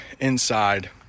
inside